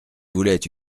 voulait